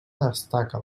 destaca